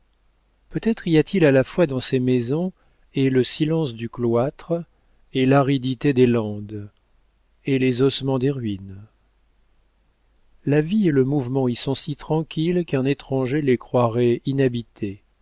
peut-être y a-t-il à la fois dans ces maisons et le silence du cloître et l'aridité des landes et les ossements des ruines la vie et le mouvement y sont si tranquilles qu'un étranger les croirait inhabitées